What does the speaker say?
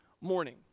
morning